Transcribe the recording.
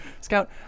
Scout